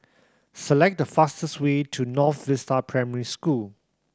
select the fastest way to North Vista Primary School